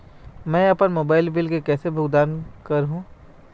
मैं अपन mobile bill के कैसे भुगतान कर हूं?